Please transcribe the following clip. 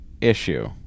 issue